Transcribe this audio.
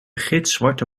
gitzwarte